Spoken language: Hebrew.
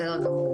בסדר גמור.